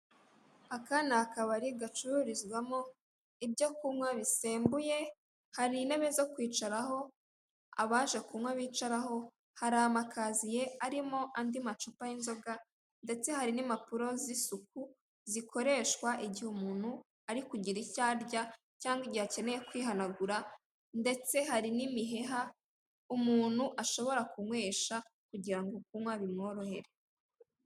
Aka ni akabari gacururizwamo ibyo kunywa bisembuye, hari intebe zo kwicaraho abaje kunywa bicaraho, hari amakaziye arimo andi macupa y'inzoga ndetse hari n'impapuro zisuku zikoreshwa igihe umuntu ari kugira icyo arya cyangwa igihe akeneye kwihanagura ndetse hari n'imiheha umuntu ashobora kunywesha kugirango kunywa bimworohere.